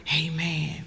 amen